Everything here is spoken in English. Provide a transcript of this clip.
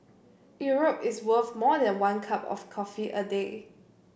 Europe is worth more than one cup of coffee a day